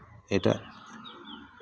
ᱮᱴᱟᱜ